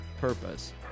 purpose